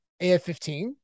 AF-15